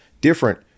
different